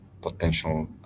potential